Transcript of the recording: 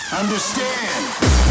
Understand